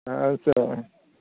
आदसा